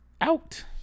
out